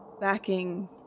backing